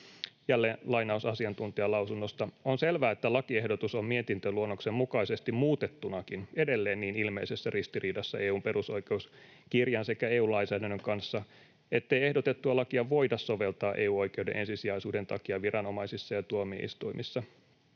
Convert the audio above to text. Jälleen lainaus asiantuntijalausunnosta: ”On selvää, että lakiehdotus on mietintöluonnoksen mukaisesti muutettunakin edelleen niin ilmeisessä ristiriidassa EU:n perusoikeuskirjan sekä EU-lainsäädännön kanssa, ettei ehdotettua lakia voida soveltaa EU-oikeuden ensisijaisuuden takia viranomaisissa ja tuomioistuimissa.”